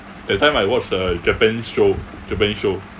that time I watch uh japanese show japanese show